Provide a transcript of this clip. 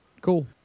Cool